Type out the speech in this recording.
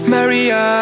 Maria